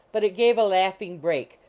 but it gave a laughing break,